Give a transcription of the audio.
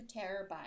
terabyte